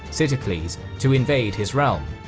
sitacles, to invade his realm,